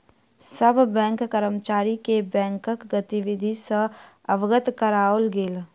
सभ बैंक कर्मचारी के बैंकक गतिविधि सॅ अवगत कराओल गेल